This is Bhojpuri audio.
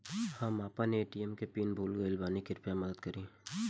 हम आपन ए.टी.एम के पीन भूल गइल बानी कृपया मदद करी